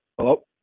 Hello